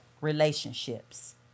relationships